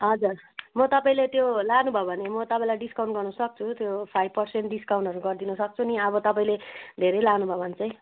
हजुर म तपाईँले त्यो लानु भयो भने म तपाईँलाई डिस्काउन्ट गर्नु सक्छु त्यो फाइभ पर्सेन्ट डिस्काउन्टहरू गरिदिनु सक्छु नि अब तपाईँले धेरै लानुभयो भने चाहिँ